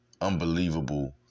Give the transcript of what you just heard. Unbelievable